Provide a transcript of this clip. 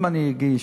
אם אני ארגיש,